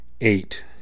eight